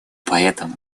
поэтому